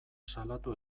salatu